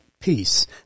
peace